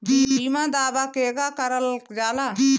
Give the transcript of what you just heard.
बीमा दावा केगा करल जाला?